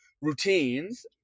routines